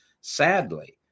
Sadly